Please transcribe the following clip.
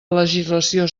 legislació